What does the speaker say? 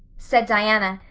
said diana,